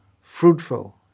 fruitful